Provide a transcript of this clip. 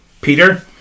Peter